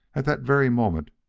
at that very moment,